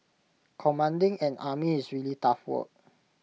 commanding an army is really tough work